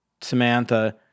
Samantha